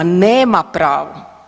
Nema pravo.